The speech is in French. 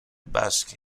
basques